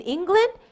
England